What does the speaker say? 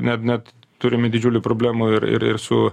neb net turime didžiulių problemų ir ir ir su